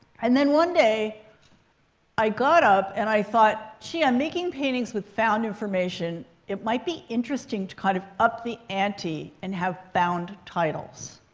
and then, one day i got up. and i thought, gee, i'm making paintings with found information. it might be interesting to kind of up the ante and have found titles.